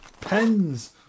Pens